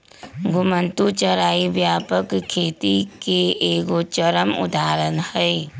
घुमंतू चराई व्यापक खेती के एगो चरम उदाहरण हइ